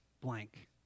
blank